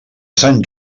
sant